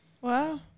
Wow